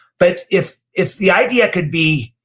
but if if the idea could be,